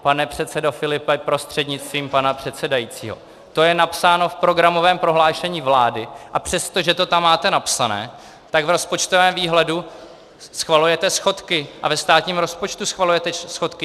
Pane předsedo Filipe prostřednictvím pana předsedajícího, to je napsáno v programovém prohlášení vlády, a přestože to tam máte napsané, tak v rozpočtovém výhledu schvalujete schodky a ve státním rozpočtu schvalujete schodky.